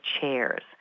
chairs